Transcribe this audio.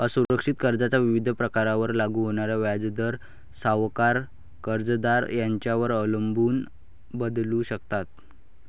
असुरक्षित कर्जाच्या विविध प्रकारांवर लागू होणारे व्याजदर सावकार, कर्जदार यांच्यावर अवलंबून बदलू शकतात